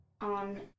On